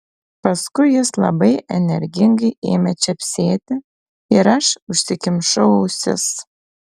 paskui jis labai energingai ėmė čepsėti ir aš užsikimšau ausis